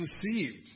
conceived